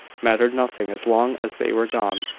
mattered nothing as long as they were gone.